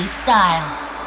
style